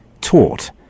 taught